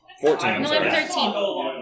fourteen